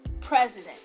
president